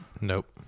nope